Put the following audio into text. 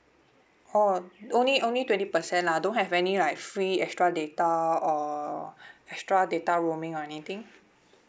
oh only only twenty percent lah don't have any like free extra data or extra data roaming or anything